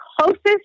closest